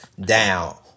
down